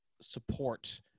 support